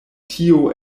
tio